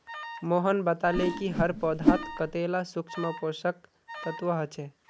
मोहन बताले कि हर पौधात कतेला सूक्ष्म पोषक तत्व ह छे